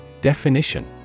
Definition